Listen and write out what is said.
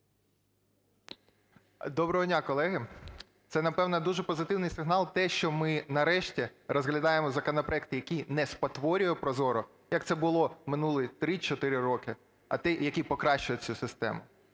Доброго дня, колеги! Це, напевно, дуже позитивний сигнал те, що ми, нарешті, розглядаємо законопроекти, який не спотворює ProZorro, як це було минулі три-чотири роки, а той, який покращує цю систему.